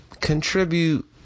Contribute